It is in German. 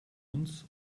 uns